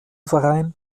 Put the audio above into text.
verein